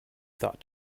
thought